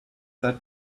that